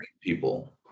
people